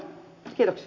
kiitoksia